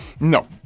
No